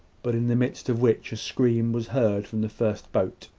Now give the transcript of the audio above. but in the midst of which a scream was heard from the first boat.